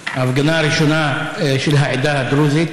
הייתה הפגנה ראשונה של העדה הדרוזית,